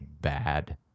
bad